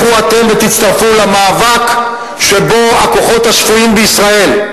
לכו אתם ותצטרפו למאבק שבו הכוחות השפויים בישראל,